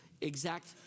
exact